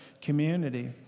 community